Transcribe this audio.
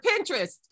Pinterest